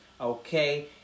Okay